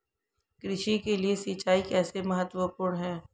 कृषि के लिए सिंचाई कैसे महत्वपूर्ण है?